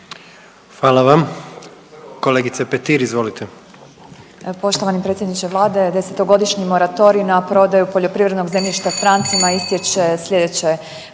Hvala vam. Kolegice Petir, izvolite.